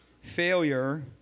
failure